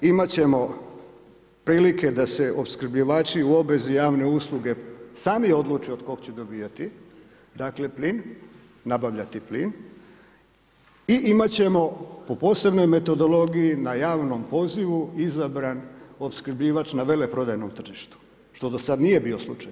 Imat ćemo prilike da se opskrbljivači u obvezi javne usluge sami odluče od koga će dobivati plin, nabavljati plin i imat ćemo po posebnoj metodologiji na javnom pozivu, izabran opskrbljivač na veleprodajnom tržištu što do sada nije bio slučaj.